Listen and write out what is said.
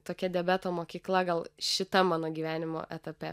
tokia diabeto mokykla gal šitam mano gyvenimo etape